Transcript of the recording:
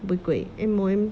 不对 M_O_M